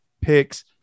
picks